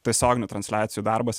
tiesioginių transliacijų darbas